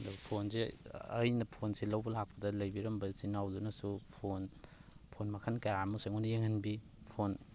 ꯑꯗꯨꯒ ꯐꯣꯟꯁꯤ ꯑꯩꯅ ꯐꯣꯟꯁꯤ ꯂꯧꯕ ꯂꯥꯛꯄ ꯃꯇꯝꯗ ꯂꯩꯕꯤꯔꯝꯕ ꯏꯆꯤꯜ ꯏꯅꯥꯎꯗꯨꯅꯁꯨ ꯐꯣꯟ ꯐꯣꯟ ꯃꯈꯜ ꯀꯌꯥ ꯑꯃꯁꯨ ꯑꯩꯉꯣꯟꯗ ꯌꯦꯡꯍꯟꯕꯤ ꯐꯣꯟ